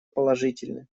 положительны